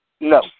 No